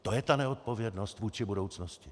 To je ta neodpovědnost vůči budoucnosti!